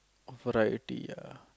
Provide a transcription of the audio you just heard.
of variety ah